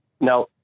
Now